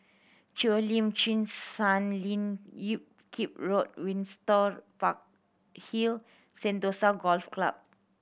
Cheo Lim Chin Sun Lian Hup Keng Temple Windsor Park Hill Sentosa Golf Club